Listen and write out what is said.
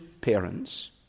parents